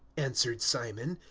answered simon,